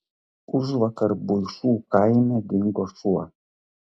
užvakar buišų kaime dingo šuo